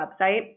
website